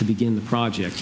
to begin the project